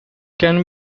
can